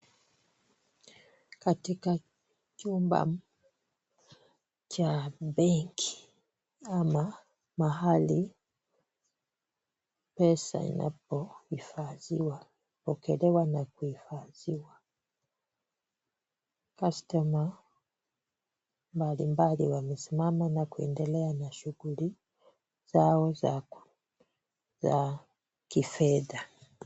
Katika chumba cha benki ama mahali pesa hupokolewa na kuhifadhiwa customer mbalimbali wamesimama na kuendelea na shughuli zao za kifedha.